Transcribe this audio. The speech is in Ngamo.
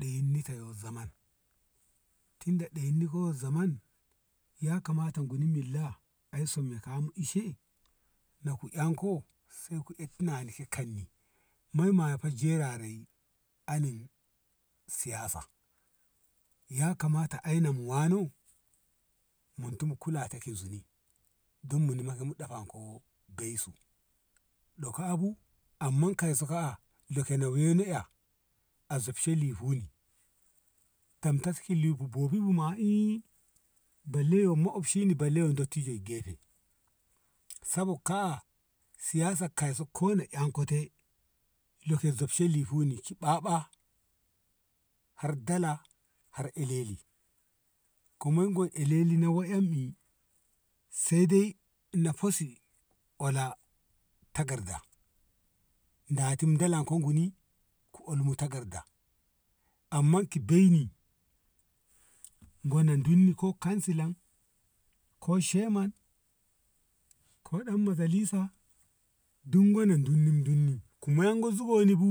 dayan ni to zaman tinda dayan ni ko yo zaman ya kamata guni milla ai somka inna ta e na ko en ko sai ku etti nani shi kanni mai mal fa jerai anin siyasa ya kamata ai na mu wano muntu kula to ki zuni ako abu kaiso kaa loka wena we a a zob she lifu ni damto ki lifu bobi bu ma i balle yo mo obcini balle yo dettijo ye gefe sabokka ka a siyasa kai so kone em kote zob she ye lifu ni ki ɓaɓa har dala har ele li kuman go ele li sede na fosi ola takarda da tim dalan ko guni ko ommu ta karda amman ki bei ni bo nan dinni go kansilan ko ciyaman ko dan majalisa dun gona dun ni ku man go zugon ni go